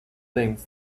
things